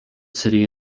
city